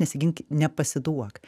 nesigink nepasiduok